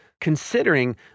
considering